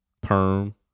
perm